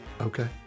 Okay